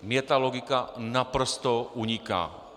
Mně ta logika naprosto uniká.